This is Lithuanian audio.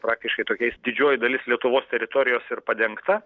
praktiškai tokiais didžioji dalis lietuvos teritorijos ir padengta